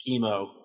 chemo